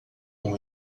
com